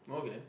okay